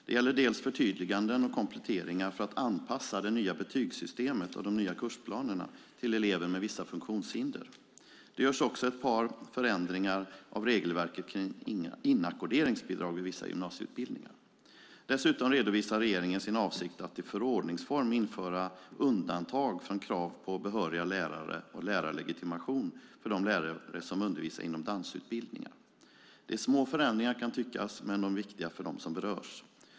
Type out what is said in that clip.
Det gäller förtydliganden och kompletteringar för att anpassa det nya betygssystemet och de nya kursplanerna till elever med vissa funktionshinder. Det görs också ett par förändringar av regelverket kring inackorderingsbidrag vid vissa gymnasieutbildningar. Dessutom redovisar regeringen sin avsikt att i förordningsform införa ett undantag från kravet på behöriga lärare och lärarlegitimation för de lärare som undervisar inom dansutbildningar. Det kan tyckas vara små förändringar, men de är viktiga för dem som berörs.